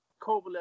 Kovalev